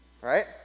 right